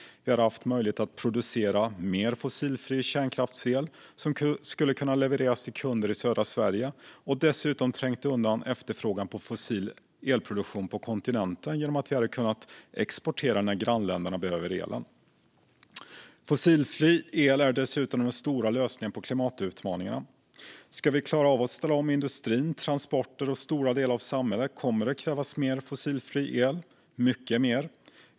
Vi hade då haft möjlighet att producera mer fossilfri kärnkraftsel som skulle ha kunnat levereras till kunder i södra Sverige och hade dessutom trängt undan efterfrågan på fossil elproduktion på kontinenten genom att vi hade kunnat exportera när grannländerna behövde elen. Fossilfri el är dessutom den stora lösningen på klimatutmaningarna. Ska vi klara av att ställa om industri, transporter och stora delar av samhället kommer det att krävas mycket mer fossilfri el.